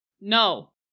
No